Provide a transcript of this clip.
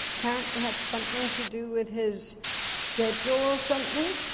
apparently had something to do with his schedule or something.